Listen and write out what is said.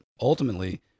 Ultimately